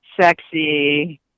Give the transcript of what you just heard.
sexy